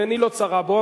ועיני לא צרה בו,